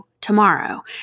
tomorrow